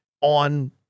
on